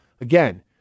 again